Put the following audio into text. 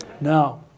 now